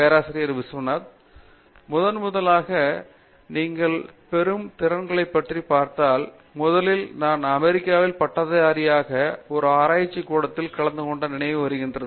பேராசிரியர் பாபு விஸ்வநாத் முதன்முதலாக நீங்கள் பெறும் திறன்களை பற்றி பார்த்தால் முதலில் நான் அமெரிக்காவில் பட்டதாரியாக ஒரு ஆராய்ச்சி கூட்டத்தில் கலந்துகொண்ட நினைவு வருகிறது